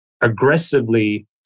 aggressively